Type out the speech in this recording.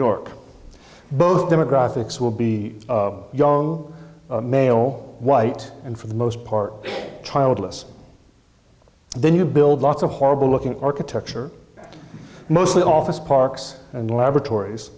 york both demographics will be young male white and for the most part childless then you build lots of horrible looking architecture mostly office parks and laboratories